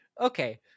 Okay